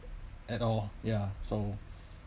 at all ya so